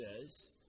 says